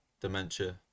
dementia